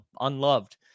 unloved